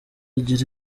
agira